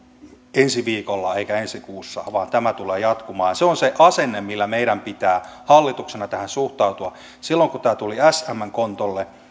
ensi viikolla eikä ensi kuussa vaan tämä tulee jatkumaan se on se asenne millä meidän pitää hallituksena tähän suhtautua silloin kun tämä tuli smn kontolle